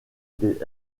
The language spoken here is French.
des